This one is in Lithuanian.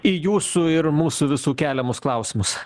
į jūsų ir mūsų visų keliamus klausimus